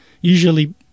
usually